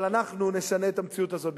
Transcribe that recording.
אבל אנחנו נשנה את המציאות הזו בקרוב.